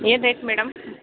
ಏನು rate madam